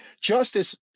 Justice